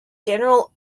general